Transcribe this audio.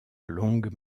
longue